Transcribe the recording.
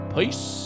Peace